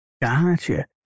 Gotcha